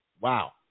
Wow